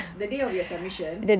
the day of your submission